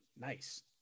nice